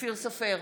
אופיר סופר,